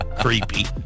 Creepy